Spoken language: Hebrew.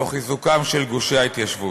תוך חיזוקם של גושי ההתיישבות.